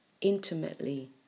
intimately